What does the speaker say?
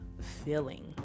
feeling